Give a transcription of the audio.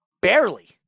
Barely